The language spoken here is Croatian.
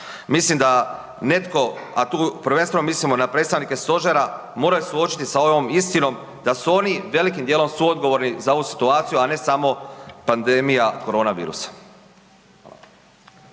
Mislim da netko, a tu prvenstveno mislimo na predstavnike Stožera, moraju suočiti sa ovom istinom, da su oni velikim djelom suodgovorni za ovu situaciju a ne samo pandemija korona virusa.